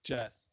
Jess